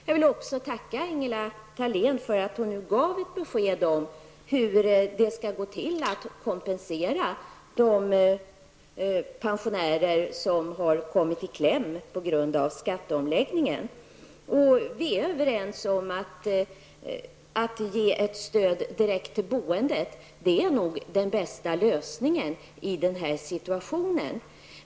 Jag vill tacka Ingela Thalén för att hon nu gav ett besked om hur det skall gå till att kompensera de pensionärer som har kommit i kläm på grund av skatteomläggningen. Vi är överens om att ge ett stöd direkt till boendet. Det är nog den bästa lösningen i den här situationen.